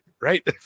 right